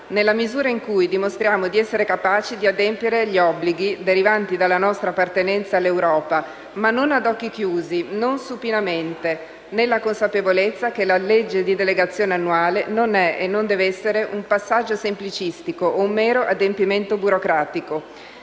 nella misura in cui dimostriamo di essere capaci di adempiere agli obblighi derivanti dalla nostra appartenenza all'Europa, ma non ad occhi chiusi, non supinamente, nella consapevolezza che la legge di delegazione annuale non è e non deve essere un passaggio semplicistico o un mero adempimento burocratico.